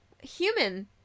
human